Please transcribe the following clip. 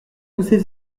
pousser